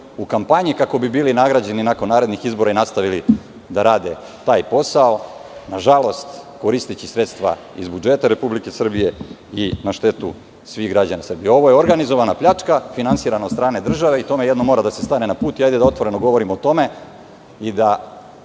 u kampanji, kako bi bili nagrađeni nakon narednih izbora i nastavili da rade taj posao, nažalost, koristeći sredstva iz budžeta Republike Srbije i na štetu svih građana Srbije. Ovo je organizovana pljčaka, finansirana od strane države i tome jednom mora da se stane na put i hajde da otvoreno govorimo o tome i kada